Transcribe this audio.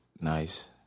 Nice